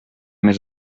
més